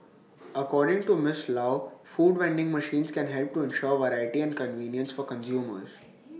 according to miss low food vending machines can help to ensure variety and convenience for consumers